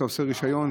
אם אתה עושה רישיון,